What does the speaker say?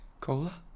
Cola